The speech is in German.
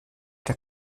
der